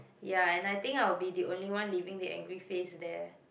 ya and I think I'll be the only one leaving the angry face there